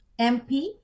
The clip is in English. MP